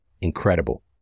Incredible